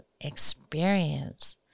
experience